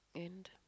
and